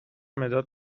مداد